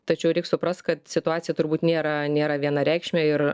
tačiau reik suprast kad situacija turbūt nėra nėra vienareikšmė ir